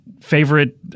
favorite